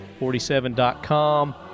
47.com